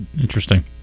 Interesting